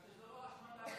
רק שזה לא אשמת האזרח.